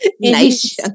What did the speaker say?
Nice